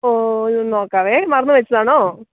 ഓ ഇതൊന്ന് നോക്കാവേ മറന്നുവച്ചതാണോ